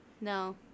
No